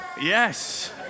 Yes